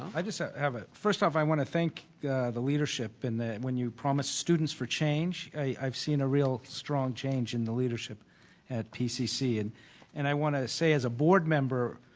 i just i have a first off i want to thank the leadership and that when you promise students for change, i've seen a real strong change in the leadership at pcc. and and i want to say as a board member,